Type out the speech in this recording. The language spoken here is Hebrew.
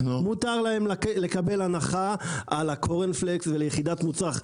מותר להם לקבל הנחה על הקורנפלקס ועל יחידת מצרך,